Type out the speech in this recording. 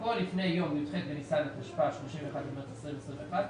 והכול לפני יום י"ח בניסן התשפ"א (31 במארס 2021),